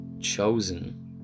chosen